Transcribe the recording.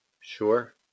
Sure